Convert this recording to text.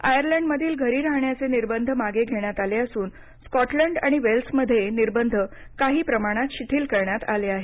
आयर्लंडमधील घरी राहण्याचे निर्बध मागे घेण्यात आले असून स्कॉटलंड आणि वेल्समध्ये निर्बंध शिथिल करण्यात आले आहेत